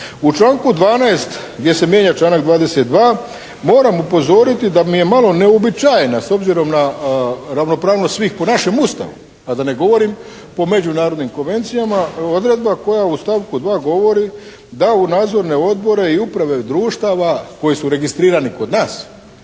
U članku 12. gdje se mijenja članak 22. moram upozoriti da mi je malo neuobičajena, s obzirom na ravnopravnost svih po našem Ustavu, a da ne govorim po međunarodnim konvencijama odredba koja u stavku 2. govori, da u nadzorne odbore i uprave društva koji su registrirani kod nas